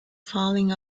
falling